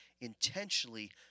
intentionally